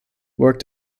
worked